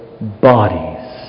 bodies